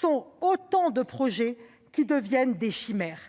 sont autant de projets qui deviennent des chimères.